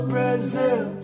Brazil